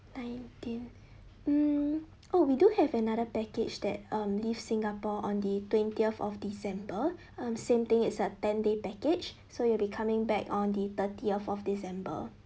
nineteenth mm oh we do have another package that um leaves singapore on the twentieth of december um same thing is a ten day package so you'll be coming back on the thirtieth of december